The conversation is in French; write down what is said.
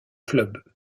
club